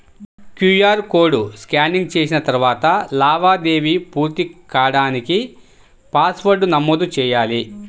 QR code scanning చేసిన తరువాత లావాదేవీ పూర్తి కాడానికి పాస్వర్డ్ను నమోదు చెయ్యాలి